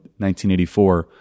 1984